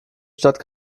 stadt